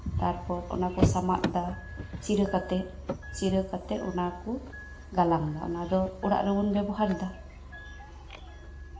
ᱛᱟᱨᱯᱚᱨ ᱚᱱᱟ ᱠᱚ ᱥᱟᱢᱟᱜ ᱫᱟ ᱪᱤᱨᱟᱹ ᱪᱤᱨᱟᱹ ᱠᱟᱛᱮᱜ ᱚᱱᱟ ᱠᱚ ᱜᱟᱞᱟᱝ ᱫᱟ ᱚᱱᱟ ᱫᱚ ᱚᱲᱟᱜ ᱨᱮᱵᱚᱱ ᱵᱮᱵᱚᱦᱟᱨ ᱫᱟ